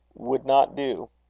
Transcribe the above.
would not do.